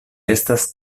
estas